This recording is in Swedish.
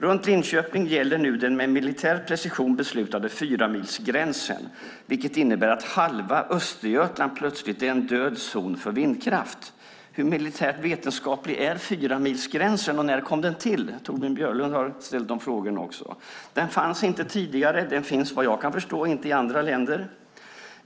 Runt Linköping gäller nu den med militär precision beslutade fyramilsgränsen, vilket innebär att halva Östergötland plötsligt är en död zon för vindkraft. Hur militärt vetenskaplig är fyramilsgränsen, och när kom den till? Torbjörn Björlund har också ställt de frågorna. Den fanns inte tidigare, och den finns vad jag kan förstå inte i andra länder.